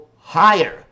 higher